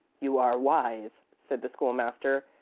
you are wise, said the school-master,